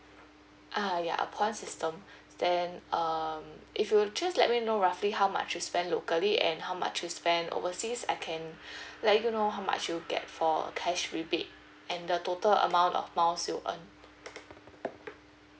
uh ya upon system then um if you just let me know roughly how much you spend locally and how much you spent overseas I can let you know how much you get for cash rebate and the total amount of miles you'll earn